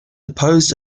opposed